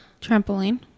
Trampoline